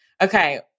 Okay